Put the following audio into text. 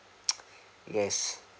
yes